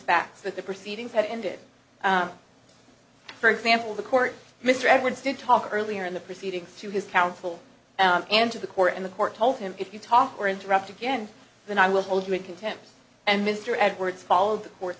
that the proceedings had ended for example the court mr edwards did talk earlier in the proceedings to his counsel and to the court in the court told him if you talk or interrupt again then i will hold you in contempt and mr edwards followed the court